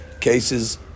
cases